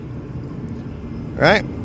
right